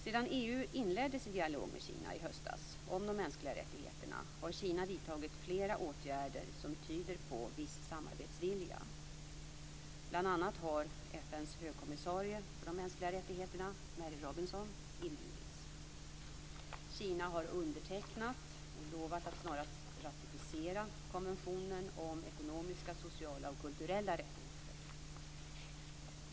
Sedan EU inledde sin dialog med Kina i höstas om de mänskliga rättigheterna har Kina vidtagit flera åtgärder som tyder på viss samarbetsvilja. Bl.a. har Mary Robinson, inbjudits. Kina har undertecknat och lovat att snarast ratificera konventionen om ekonomiska, sociala och kulturella rättigheter.